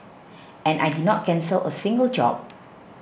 and I did not cancel a single job